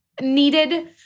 needed